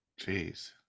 Jeez